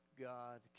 God